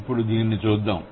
ఇప్పుడు దీనిని చూద్దాం